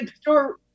store